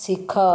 ଶିଖ